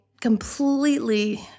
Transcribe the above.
completely